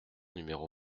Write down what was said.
numéro